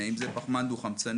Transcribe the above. אם זה פחמן דו חמצני,